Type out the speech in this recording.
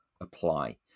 apply